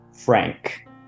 Frank